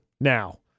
now